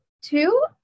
two